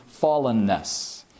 fallenness